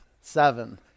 seven